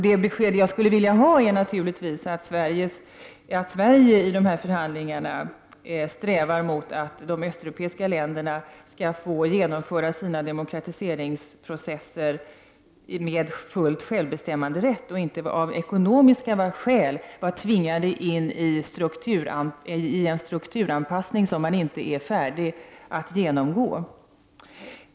Det besked jag skulle vilja ha är naturligtvis att Sverige i förhandlingarna strävar efter att de östeuropeiska länderna skall få genomföra sina demokratiseringsprocesser i fullt självbestämmande och inte av ekonomiska skäl tvingas in i en strukturanpassning som man inte är färdig att genomgå.